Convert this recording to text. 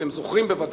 אתם זוכרים בוודאי,